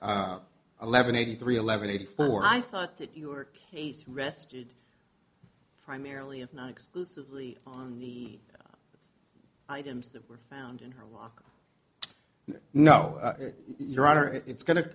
at eleven eighty three eleven eighty four i thought that your case rested primarily if not exclusively on the items that were found in her lock and no your honor it's going to